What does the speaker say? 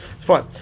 fine